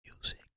music